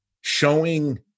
showing